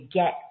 get